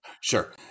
sure